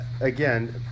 again